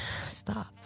Stop